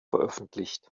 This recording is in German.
veröffentlicht